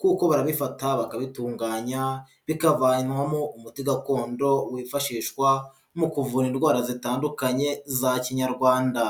kuko barabifata bakabitunganya, bikavanwamo umuti gakondo wifashishwa mu kuvura indwara zitandukanye za kinyarwanda.